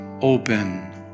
open